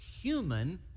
human